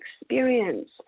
experience